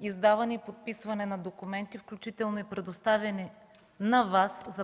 издаване и подписване на документи, включително и предоставяни за подпис на Вас,